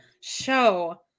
show